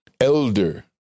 Elder